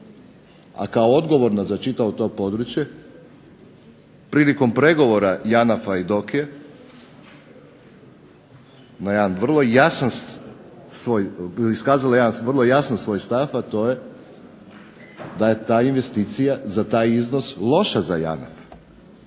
a kao odgovorna za čitavo to područje, prilikom pregovora JANAF-a i Diokije, na jedan vrlo jasan svoj, iskazala jedan vrlo jasan svoj stav, a to je da je ta investicija za taj iznos loša za JANAF.